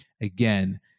Again